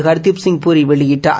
ஹர்தீப்சிங் பூரி வெளியிட்டார்